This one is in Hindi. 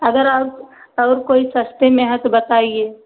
अगर और को और कोई सस्ते में है तो बताईए